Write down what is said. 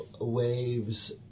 waves